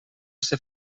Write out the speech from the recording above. ser